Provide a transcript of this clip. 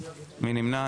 מי נמנע?